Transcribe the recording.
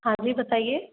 हाँ जी बताइए